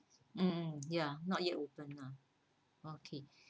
ya not yet open lah okay